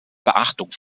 beachtung